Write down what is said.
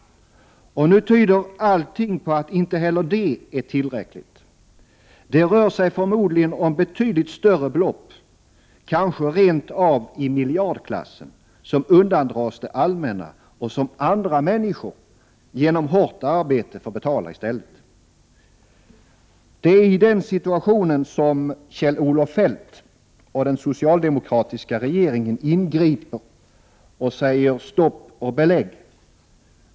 Nu tyder allting på att inte heller det är tillräckligt. Det rör sig förmodligen om betydligt större belopp — kanske rent av i miljardklassen — som undandras det allmänna och som andra människor genom hårt arbete får betala i stället. Det är i den situationen som Kjell-Olof Feldt och den socialdemokratiska regeringen ingriper och säger: Stopp och belägg!